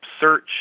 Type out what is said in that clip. search